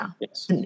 Yes